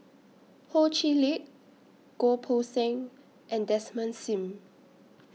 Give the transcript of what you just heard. Ho Chee Lick Goh Poh Seng and Desmond SIM